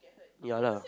ya lah